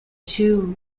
two